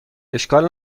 اشکال